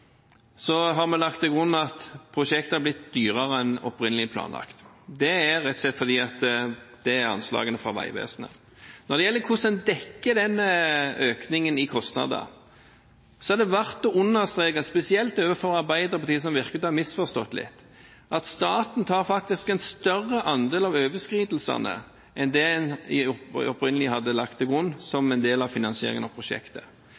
har vi lagt til grunn at prosjektet har blitt dyrere enn opprinnelig planlagt, og det er rett og slett fordi dette er anslagene fra Vegvesenet. Når det gjelder hvordan en dekker den økningen i kostnader, er det verdt å understreke, spesielt overfor Arbeiderpartiet, som virker å ha misforstått litt, at staten faktisk tar en større andel av overskridelsene enn det en opprinnelig hadde lagt til grunn som en del av finansieringen av prosjektet.